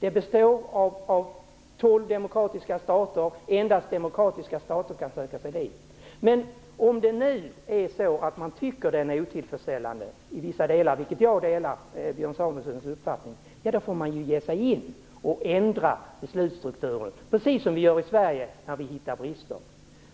EU består av tolv demokratiska stater, och endast demokratiska stater kan söka sig dit. Men om man nu tycker att beslutsstrukturen är otillfredsställande i vissa avseenden, och där delar jag Björn Samuelsons uppfattning, då får man ju ge sig in och ändra beslutsstrukturen, precis som vi gör i Sverige när vi hittar brister.